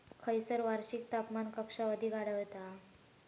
खैयसर वार्षिक तापमान कक्षा अधिक आढळता?